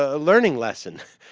ah learning lessons ah.